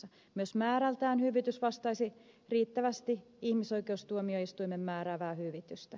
myös määrältään hyvitys vastaisi riittävästi ihmisoikeustuomioistuimen määräämää hyvitystä